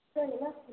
sir என்ன பேசுறது